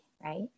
right